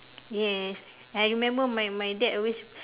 yes I remember my my dad always